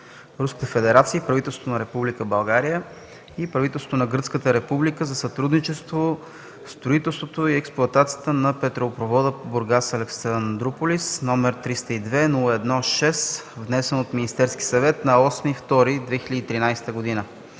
Руската федерация, правителството на Република България и правителството на Гръцката република за сътрудничество в строителството и експлоатацията на петролопровода Бургас – Александруполис, № 302-01-6, внесен от Министерския съвет на 8 февруари